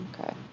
Okay